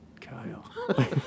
Kyle